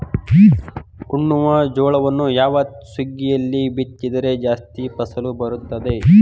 ಉಣ್ಣುವ ಜೋಳವನ್ನು ಯಾವ ಸುಗ್ಗಿಯಲ್ಲಿ ಬಿತ್ತಿದರೆ ಜಾಸ್ತಿ ಫಸಲು ಬರುತ್ತದೆ?